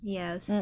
yes